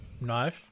Nice